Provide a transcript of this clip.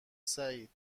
سعید